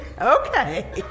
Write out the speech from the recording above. okay